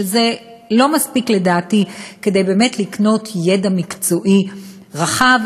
שזה לא מספיק לדעתי כדי לקנות ידע מקצועי רחב,